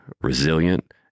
resilient